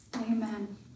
Amen